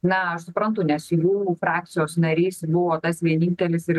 na aš suprantu nes jų frakcijos narys buvo tas vienintelis ir